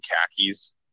khakis